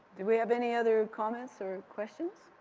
do we have any other comments or questions?